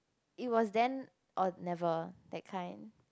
it was then or never that kind